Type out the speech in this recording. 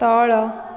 ତଳ